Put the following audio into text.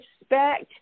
expect